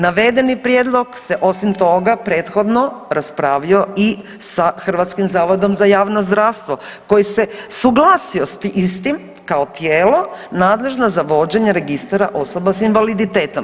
Navedeni prijedlog se osim toga prethodno raspravio i sa Hrvatskim zavodom za javno zdravstvo koji se suglasio sa istim kao tijelo nadležno za vođenje registara osoba sa invaliditetom.